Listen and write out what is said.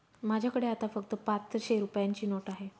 माझ्याकडे आता फक्त पाचशे रुपयांची नोट आहे